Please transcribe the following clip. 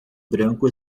branco